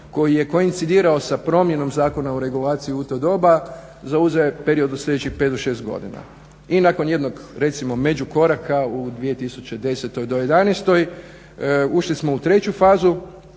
koji je koincidirao sa promjenom zakona o regulaciji u to doba zauzeo je period od sljedećih 5 do 6 godina i nakon jednog recimo međukoraka u 2010. do 2011. ušli smo u treću fazu